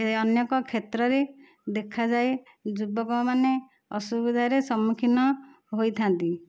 ଅନେକ କ୍ଷେତ୍ରରେ ଦେଖାଯାଏ ଯୁବକ ମାନେ ଅସୁବିଧାରେ ସମ୍ମୁଖୀନ ହୋଇଥାନ୍ତି